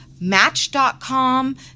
Match.com